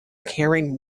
carrying